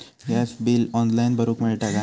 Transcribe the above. Gas bill online भरुक मिळता काय?